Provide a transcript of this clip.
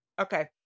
okay